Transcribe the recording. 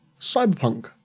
Cyberpunk